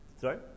Sorry